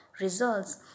results